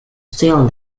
still